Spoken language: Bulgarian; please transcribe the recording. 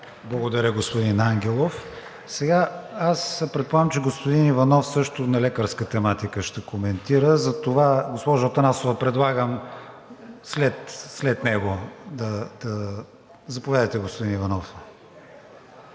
Благодаря, господин Ангелов. Аз предполагам, че господин Иванов също на лекарска тематика ще коментира, затова, госпожо Атанасова, предлагам след него. Заповядайте, господин Иванов.